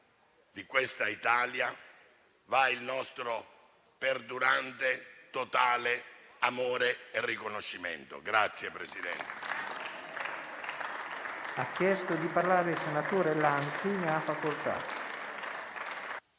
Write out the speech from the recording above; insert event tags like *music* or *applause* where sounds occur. di questa Italia, va il nostro perdurante, totale amore e riconoscimento. *applause*